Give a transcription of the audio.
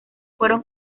fueron